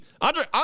Andre